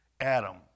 Adam